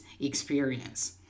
experience